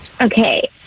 Okay